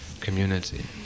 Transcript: community